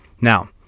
Now